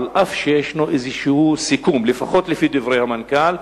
אף-על-פי שלפחות לדברי המנכ"ל,